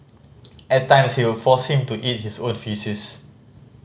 at times you would force him to eat his own faces